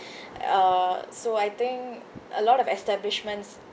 uh so I think a lot of establishments